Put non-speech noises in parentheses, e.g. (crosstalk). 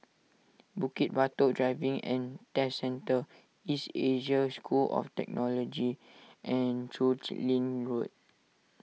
Bukit Batok Driving and Test Centre East Asia School of theology and Chu (unintelligible) Lin Road